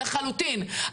לחלוטין.